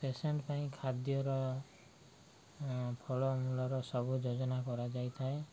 patient ପାଇଁ ଖାଦ୍ୟର ଫଳ ମୂଳର ସବୁ ଯୋଜନା କରାଯାଇଥାଏ